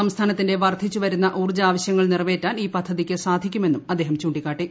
സംസ്ഥാനത്തിന്റെ വർദ്ധിച്ചുവരുന്ന ഊർജ്ജ ആവശ്യങ്ങൾ നിറവേറ്റാൻ ഈ പദ്ധതിക്ക് സാധിക്കുമെന്നും അദ്ദേഹം ചൂണ്ടിക്കാട്ടി